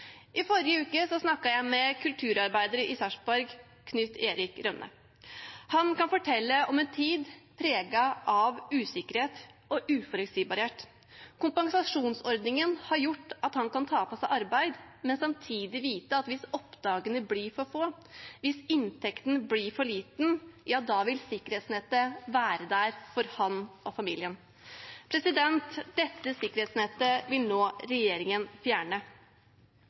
I forrige uke snakket jeg med kulturarbeider Knut-Erik Rønne i Sarpsborg. Han kunne fortelle om en tid preget av usikkerhet og uforutsigbarhet. Kompensasjonsordningen har gjort at han kan ta på seg arbeid, men samtidig vite at hvis oppdragene blir for få, hvis inntekten blir for liten, vil sikkerhetsnettet være der for han og familien. Dette sikkerhetsnettet vil nå regjeringen fjerne.